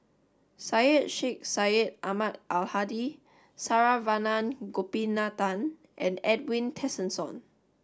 Syed Sheikh Syed Ahmad Al Hadi Saravanan Gopinathan and Edwin Tessensohn